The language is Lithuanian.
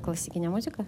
klasikinę muziką